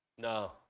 no